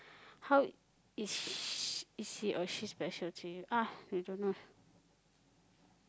how is s~ he or she special to you ah dunno lah